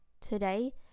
today